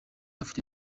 ufite